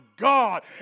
God